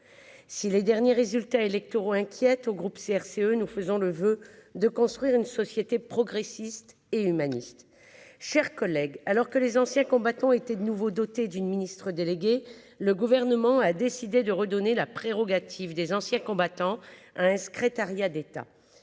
si les derniers résultats électoraux inquiète au groupe CRCE nous faisons le voeu de construire une société progressiste et humaniste chers collègue alors que les anciens combattants, été de nouveau doté d'une Ministre délégué, le gouvernement a décidé de redonner la prérogative des anciens combattants, un secrétariat d'État